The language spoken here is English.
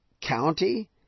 county